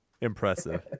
Impressive